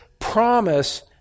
promise